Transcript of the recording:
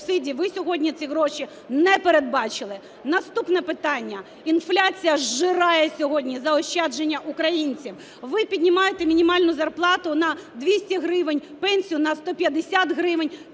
Ви сьогодні ці гроші не передбачили. Наступне питання. Інфляція зжирає сьогодні заощадження українців. Ви піднімаєте мінімальну зарплату на 200 гривень, пенсію на 150 гривень.